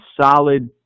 solid